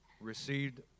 Received